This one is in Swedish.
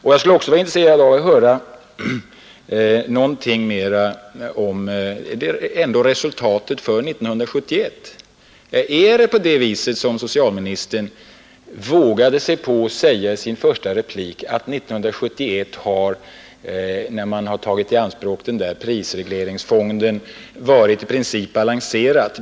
Jag skulle också vara intresserad att höra något mera om resultatet för 1971. Socialministern vågade sig på att säga i sin första replik, att 1971 års verksamhet har, när man har tagit i anspråk den där prisregleringsfonden, varit i princip balanserad.